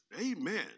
Amen